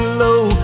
low